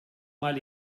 mal